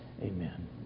Amen